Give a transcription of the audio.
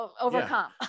overcome